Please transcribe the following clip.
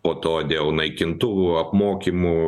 po to dėl naikintuvų apmokymų